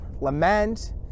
lament